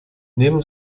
neben